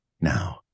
Now